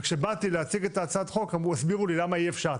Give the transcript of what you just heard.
וכשבאתי להציג את הצעת החוק הסבירו לי למה אי אפשר.